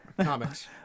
comics